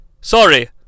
sorry